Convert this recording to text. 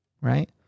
right